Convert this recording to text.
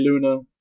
Luna